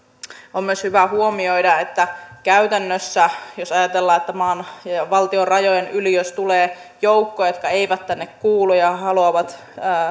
on myös hyvä huomioida että jos ajatellaan että valtion rajojen yli tulee joukkoja jotka eivät tänne kuulu ja